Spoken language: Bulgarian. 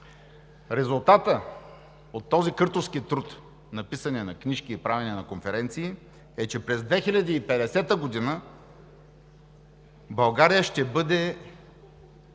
Резултатът от този къртовски труд на писане на книжки и правене на конференции е, че през 2050 г. България ще бъде